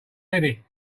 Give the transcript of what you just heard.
eddie